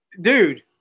dude